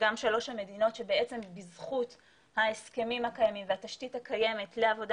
הן גם שלוש המדינות שבזכות ההסכמים הקיימים והתשתית הקיימת לעבודה